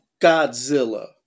Godzilla